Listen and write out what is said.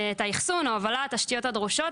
את האחסון, ההובלה והתשתיות הדרושות.